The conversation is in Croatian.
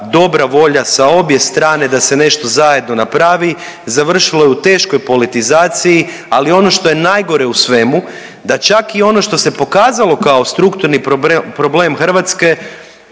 dobra volja sa obje strane da se nešto zajedno napravi, završilo je u teškoj politizaciji, ali ono što je najgore u svemu da čak i ono što se pokazalo kao strukturni problem Hrvatske